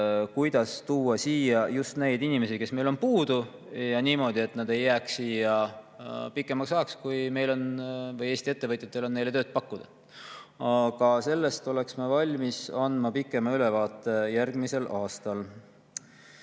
kuidas tuua siia just neid inimesi, kes meil puudu on, ja niimoodi, et nad ei jääks siia pikemaks ajaks, kui Eesti ettevõtjatel on neile tööd pakkuda. Aga sellest oleks ma valmis andma pikema ülevaate järgmisel aastal.